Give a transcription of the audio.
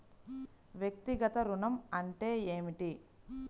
వ్యక్తిగత ఋణం అంటే ఏమిటి?